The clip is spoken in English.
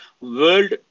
world